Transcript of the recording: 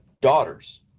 daughters